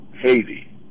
Haiti